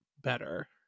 better